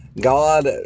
God